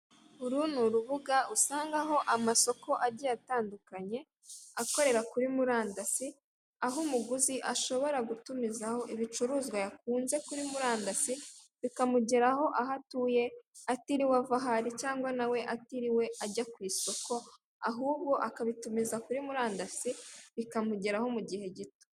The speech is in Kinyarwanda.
Uru ni urubuga usangaho amasoko agiye atandukanye akorera kuri murandasi aho umuguzi ashobora gutumizaho ibicuruzwa yakunze kuri murandasi, bikamugeraho aho atuye atiriwe ava aho ari cyangwa na we atiriwe ajya ku isoko, ahubwo akabitumiza kuri murandasi bikamugeraho mu gihe gito.